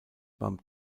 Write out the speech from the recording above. beim